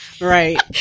right